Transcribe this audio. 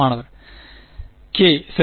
மாணவர் k சரி